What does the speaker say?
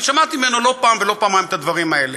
ואני שמעתי ממנו לא פעם ולא פעמיים את הדברים האלה,